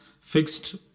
fixed